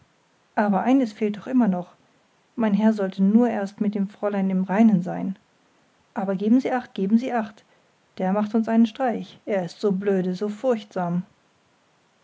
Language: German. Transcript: aber eines fehlt doch immer noch mein herr sollte nur erst mit dem fräulein im reinen sein aber geben sie acht geben sie acht der macht uns einen streich er ist so blöde so furchtsam wenn